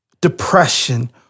depression